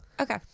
Okay